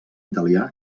italià